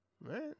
right